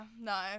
No